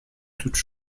toutes